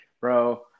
bro